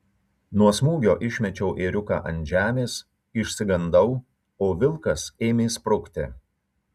nuo smūgio išmečiau ėriuką ant žemės išsigandau o vilkas ėmė sprukti